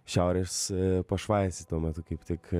šiaurės pašvaistė tuo metu kaip tik